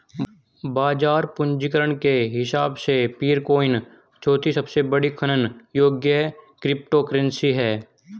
बाजार पूंजीकरण के हिसाब से पीरकॉइन चौथी सबसे बड़ी खनन योग्य क्रिप्टोकरेंसी है